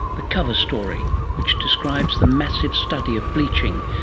the cover story which describes the massive study of bleaching,